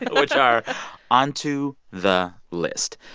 which are onto the list.